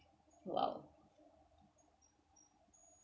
!wow!